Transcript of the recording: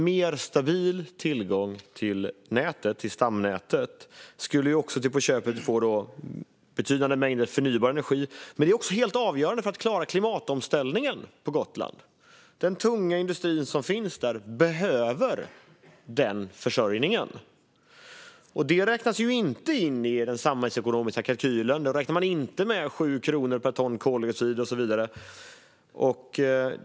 Mer stabil tillgång till stamnätet skulle till på köpet leda till betydande mängder förnybar energi. Men det är också avgörande för att klara klimatomställningen på Gotland. Den tunga industrin där behöver den försörjningen. Det räknas inte in i den samhällsekonomiska kalkylen. Där räknar man inte med 7 kronor per ton koldioxid och så vidare.